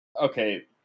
Okay